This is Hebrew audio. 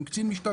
עם קצין משטרה,